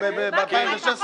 מה, בן אדם שכח?